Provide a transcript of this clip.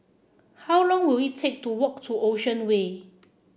how long will it take to walk to Ocean Way